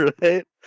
right